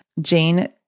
Jane